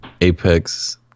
Apex